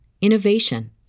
innovation